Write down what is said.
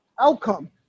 outcome